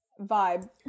vibe